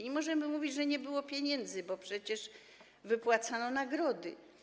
Nie możemy mówić, że nie było pieniędzy, bo przecież wypłacano nagrody.